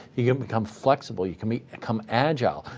you can become flexible. you can become agile.